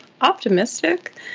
optimistic